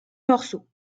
morceaux